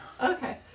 Okay